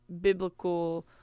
biblical